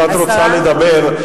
אם את רוצה לדבר,